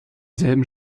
selben